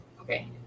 Okay